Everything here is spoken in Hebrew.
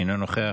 אינו נוכח,